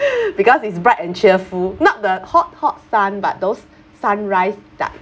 because it's bright and cheerful not the hot hot sun but those sunrise dark